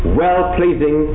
well-pleasing